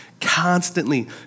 constantly